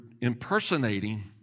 impersonating